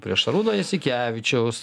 prieš arūną jasikevičiaus